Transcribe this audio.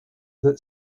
that